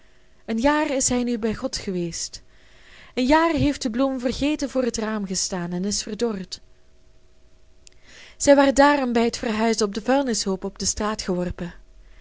een jaar is hij nu bij god geweest een jaar heeft de bloem vergeten voor het raam gestaan en is verdord zij werd daarom bij het verhuizen op den vuilnishoop op de straat geworpen